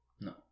No